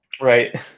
Right